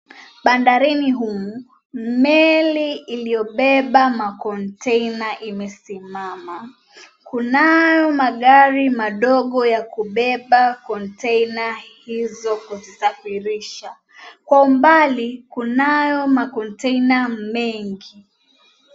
Bandarini humu, meli iiyobeba macontainer imesimama. Kunayo magari madogo ya kubeba container hizo kuzisafirisha. Kwa umbali kunayo macontainer mengi.